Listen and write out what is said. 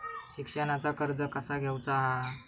शिक्षणाचा कर्ज कसा घेऊचा हा?